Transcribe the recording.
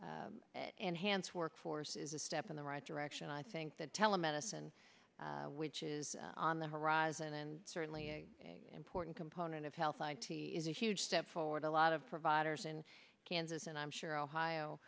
for enhanced workforce is a step in the right direction i think the telemedicine which is on the horizon and certainly important component of health i t is a huge step forward a lot of providers in kansas and i'm sure ohio